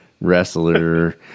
wrestler